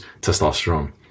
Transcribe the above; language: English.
testosterone